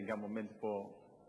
אני גם עומד פה,